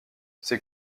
ses